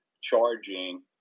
charging